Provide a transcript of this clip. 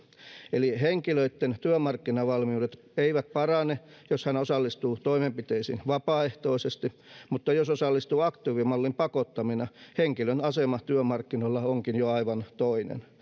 eli henkilön työmarkkinavalmiudet eivät parane jos hän osallistuu toimenpiteisiin vapaaehtoisesti mutta jos osallistuu aktiivimallin pakottamana henkilön asema työmarkkinoilla onkin jo aivan toinen